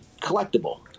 collectible